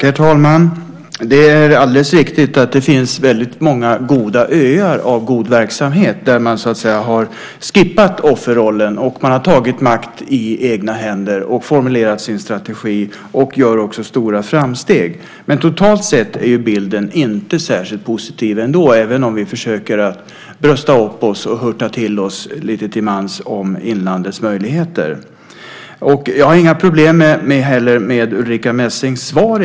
Herr talman! Det är alldeles riktigt att det finns väldigt många goda öar av god verksamhet där man har skippat offerrollen. Man har tagit makten i egna händer och formulerat sin strategi, och man gör också stora framsteg. Men totalt sett är bilden inte särskilt positiv ändå, även om vi försöker att brösta oss och hurta till oss lite till mans om inlandets möjligheter. Jag har egentligen inga problem med Ulrica Messings svar.